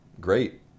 Great